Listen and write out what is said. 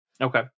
Okay